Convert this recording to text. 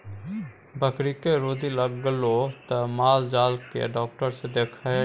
बकरीके रौदी लागलौ त माल जाल केर डाक्टर सँ देखा ने